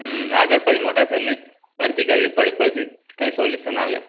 હમ્મ આગળ કઈ મોટા સરને અરજી કરવી પડે પછી જ કઈ સોલ્યુસન આવે